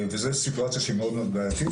וזה סיטואציה שהיא מאוד בעייתית.